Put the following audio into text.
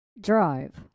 Drive